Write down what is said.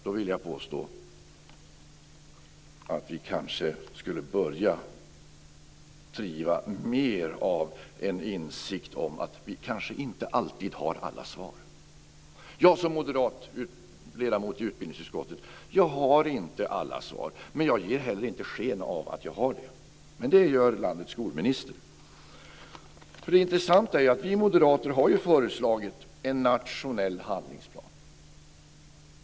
Då vill jag påstå att vi kanske skulle börja driva mer av en insikt om att vi inte alltid har alla svar. Jag som moderat ledamot i utbildningsutskottet har inte alla svar. Men jag ger heller inte sken av att ha det. Det gör däremot landets skolministern. Det intressanta är att vi moderater har föreslagit en nationell handlingsplan.